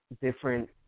different